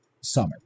summer